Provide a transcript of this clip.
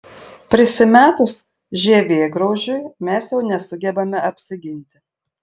prisimetus žievėgraužiui mes jau nesugebame apsiginti